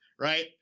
right